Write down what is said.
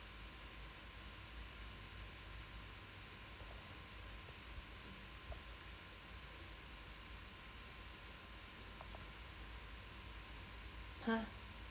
!huh!